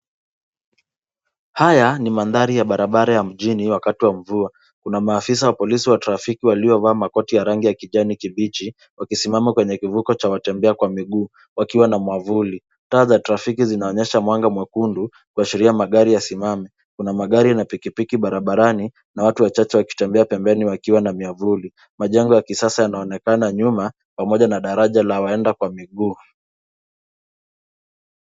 Haya ni mandhari ya barabara ya mjini wakati wa mvua. Kuna maafisa wa polisi wa trafiki waliovaa makoti ya rangi ya kijani kibichi, wakisimama kwenye kivuko cha watembea kwa miguu wakiwa na muavuli. Taa za trafiki zinaonyesha mwanga mwekundu kuashiria magari yasimame. Kuna magari na pikipiki barabarani, na watu wachache wakitembea pembeni wakiwa na miavuli. Majengo ya kisasa yanaonekana nyuma, pamoja na daraja la waenda kwa miguu.